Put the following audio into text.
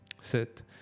sit